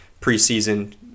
preseason